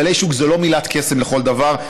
כללי השוק זאת לא מילת קסם לכל דבר,